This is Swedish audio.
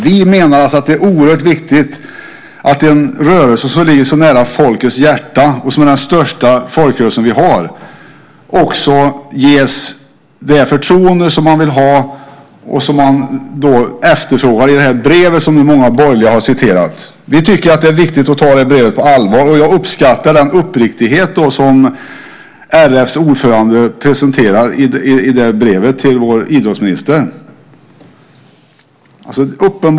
Vi menar alltså att det är oerhört viktigt att en rörelse som ligger så nära folkets hjärta och som är den största folkrörelse som vi har också ges det förtroende som man efterfrågar i det brev som många från de borgerliga partierna har citerat. Vi tycker att det är viktigt att ta detta brev på allvar. Och jag uppskattar den uppriktighet som RF:s ordförande presenterar i detta brev till vår idrottsminister.